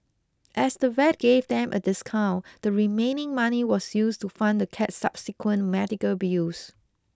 as the vet gave them a discount the remaining money was used to fund the cat's subsequent medical bills